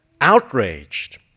outraged